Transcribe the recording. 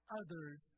others